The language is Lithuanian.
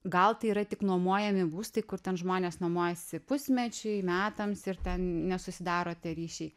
gal tai yra tik nuomojami būstai kur ten žmonės nuomojasi pusmečiui metams ir ten nesusidaro tie ryšiai